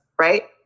right